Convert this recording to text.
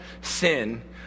sin